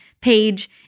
page